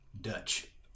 Dutch